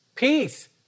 Peace